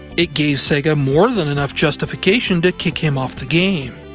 it gave sega more than enough justification to kick him off the game.